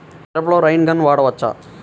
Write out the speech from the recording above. మిరపలో rain gun వాడవచ్చా?